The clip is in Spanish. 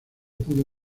pudo